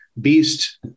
beast